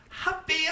happy